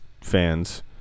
fans